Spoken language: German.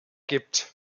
gibt